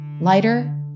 lighter